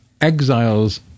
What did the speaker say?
exiles